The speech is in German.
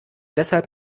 deshalb